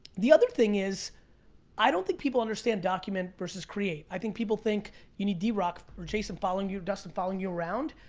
the other thing is i don't think people understand document versus create. i think people think you need d-rock or jason following you, dustin following you around.